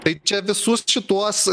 tai čia visus šituos